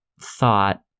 thought